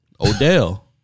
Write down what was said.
Odell